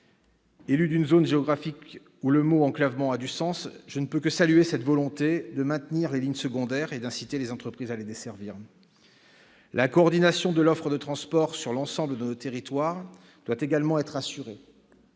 Élu d'une zone géographique où le mot « enclavement » a du sens, je ne peux que saluer cette volonté de maintenir les lignes secondaires et d'inciter les entreprises à les desservir. La coordination de l'offre de transports sur l'ensemble de nos territoires doit également être assurée.